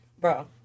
Bro